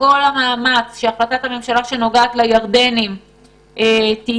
כל המאמץ כדי שהחלטת הממשלה שנוגעת לירדנים תהיה